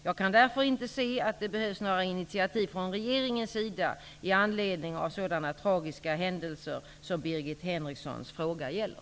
Jag kan därför inte se att det behövs några initiativ från regeringens sida i anledning av sådana tragiska händelser som Birgit Henrikssons fråga gäller.